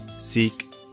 Seek